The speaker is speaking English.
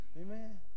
Amen